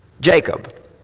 Jacob